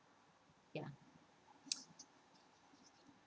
yeah